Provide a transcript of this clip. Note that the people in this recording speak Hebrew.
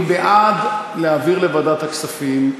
מי בעד להעביר לוועדת הכספים?